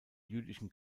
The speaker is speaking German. jüdischen